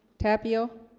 tapio